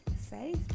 safe